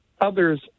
others